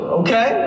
okay